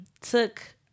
took